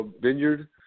vineyard